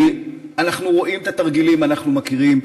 אנחנו רואים את התרגילים, אנחנו מכירים.